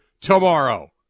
tomorrow